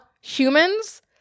humans